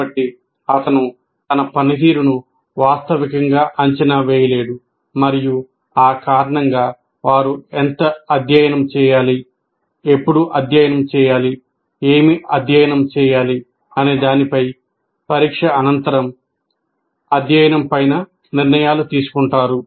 కాబట్టి అతను తన పనితీరును వాస్తవికంగా అంచనా వేయలేడు మరియు ఆ కారణంగా వారు ఎంత అధ్యయనం చేయాలి ఎప్పుడు అధ్యయనం చేయాలి ఏమి అధ్యయనం చేయాలి అనే దానిపై పరీక్షఅనంతరం అధ్యయనం పైన నిర్ణయాలు తీసుకుంటారు